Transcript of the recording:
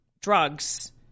drugs